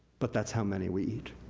but, that's how many we